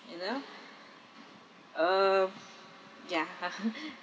you know (uh huh) ya (uh huh)